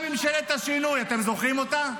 הייתה ממשלת השינוי, אתם זוכרים אותה?